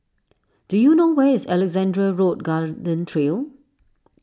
do you know where is Alexandra Road Garden Trail